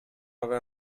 aver